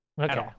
Okay